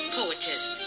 poetess